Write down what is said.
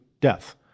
death